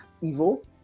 evil